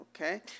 okay